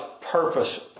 purpose